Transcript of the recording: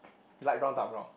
light brown dark brown